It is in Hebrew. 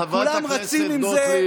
כולם רצים עם זה,